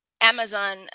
Amazon